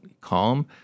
calm